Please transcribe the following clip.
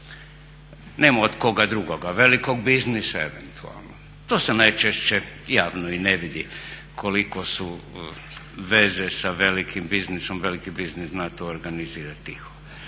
Nema od koga drugoga, velikog biznisa eventualno, to se najčešće javno i ne vidi kolike su veze sa velikim biznisom, veliki biznis zna to organizirati tiho.